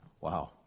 wow